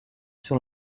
sur